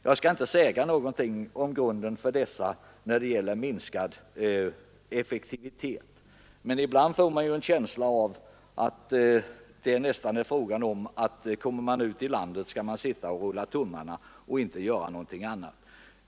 Jag skall inte säga någonting om grunden för dessa kostnadsposter, men ibland får jag en känsla av att man tror att det när man flyttar ut i landsorten nästan bara blir fråga om att sitta och rulla tummarna.